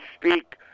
speak